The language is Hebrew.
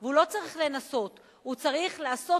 והוא צריך לנסות,